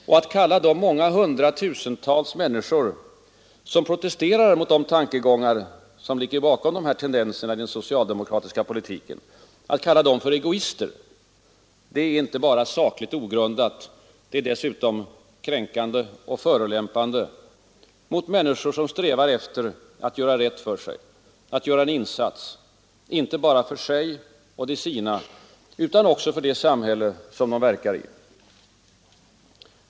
Och att kalla de många hundratusentals människor, som protesterar mot de tankegångar som ligger bakom dessa tendenser i den socialdemokratiska politiken, för egoister är inte bara sakligt ogrundat, det är dessutom kränkande och förolämpande mot människor som strävar efter att göra rätt för sig, att göra en insats inte bara för sig och de sina utan också för det samhälle som de verkar i.